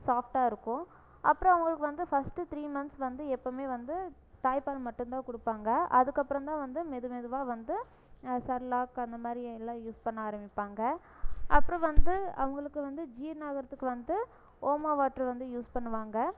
சாஃப்டாக இருக்கும் அப்புறோம் அவங்களுக்கு வந்து ஃபர்ஸ்ட்டு த்ரீ மந்த்ஸ் வந்து எப்பமே வந்து தாய்பால் மட்டும் தான் கொடுப்பாங்க அதுக்கப்புறோம் தான் வந்து மெது மெதுவாக வந்து செர்லாக் அந்த மாதிரி எல்லாம் யூஸ் பண்ண ஆரமிப்பாங்க அப்புறோம் வந்து அவங்களுக்கு வந்து ஜீர்ண ஆகறத்துக்கு வந்து ஓம வாட்ரு வந்து யூஸ் பண்ணுவாங்க